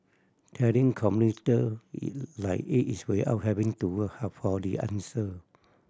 telling commuter like it is without having to work hard for the answer